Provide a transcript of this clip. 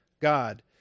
God